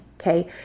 okay